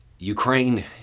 Ukraine